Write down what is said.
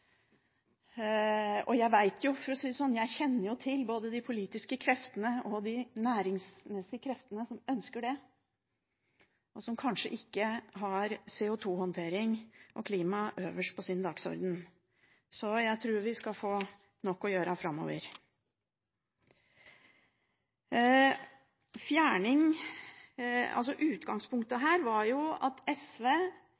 Jeg kjenner jo til både de politiske kreftene og de næringsmessige kreftene som ønsker det, og som kanskje ikke har CO2-håndtering og klima øverst på sin dagsorden. Så jeg tror vi skal få nok å gjøre framover. Utgangspunktet her var jo at SV var helt klar på at fjerning